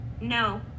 No